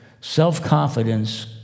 self-confidence